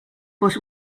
but